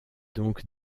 donc